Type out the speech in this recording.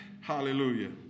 hallelujah